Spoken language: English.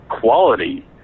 quality